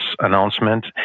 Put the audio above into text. announcement